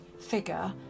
figure